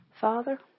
Father